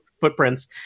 footprints